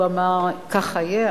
והוא אמר: ככה יהיה.